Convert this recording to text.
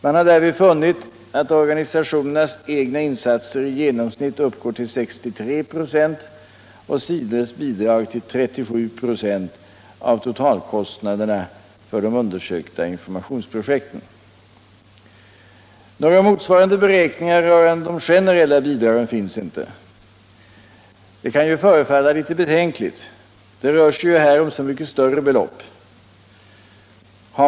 Man har därvid funnit att organisationernas egna insatser i genomsnitt uppgår till 63 24 och SIDA:s bidrag till 37 ”6 av totalkostnaden för de undersökta informationsprojekten. Några motsvarande beräkningar rörande de generella bidragen finns inte, vilket kan förefalla betänkligt. Det rör sig ju här om så mycket större belopp.